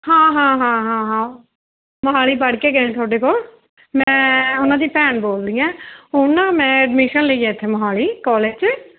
ਹਾਂ ਹਾਂ ਹਾਂ ਹਾਂ ਹਾਂ ਮੋਹਾਲੀ ਪੜ੍ਹ ਕੇ ਗਏ ਤੁਹਾਡੇ ਕੋਲ ਮੈਂ ਉਹਨਾਂ ਦੀ ਭੈਣ ਬੋਲਦੀ ਹਾਂ ਉਹ ਨਾ ਮੈਂ ਐਡਮਿਸ਼ਨ ਲਈ ਹੈ ਇੱਥੇ ਮੋਹਾਲੀ ਕੋਲਜ 'ਚ